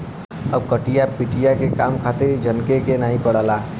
अब कटिया पिटिया के काम खातिर झनके के नाइ पड़ला